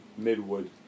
Midwood